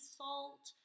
salt